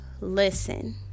listen